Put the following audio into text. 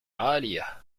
عالية